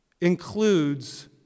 includes